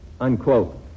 unquote